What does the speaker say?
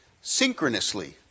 synchronously